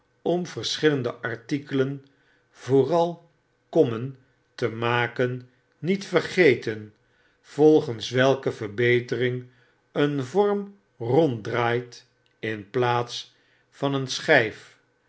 om verschillende artikelen vooral kommen te maken niet vergeten volgens welke verbetering een vorm ronddraait in plaats van een schjjf